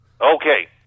okay